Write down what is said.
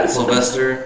Sylvester